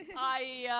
i.